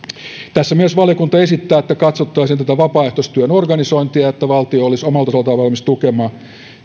tässä valiokunta myös esittää että katsottaisiin tätä vapaaehtoistyön organisointia että valtio olisi omalta osaltaan valmis tukemaan